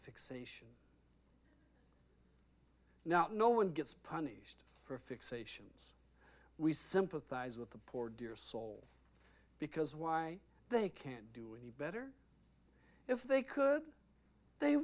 it now no one gets punished for fixations we sympathize with the poor dear soul because why they can't do any better if they could they